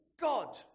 God